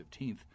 15th